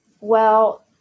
well-